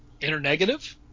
internegative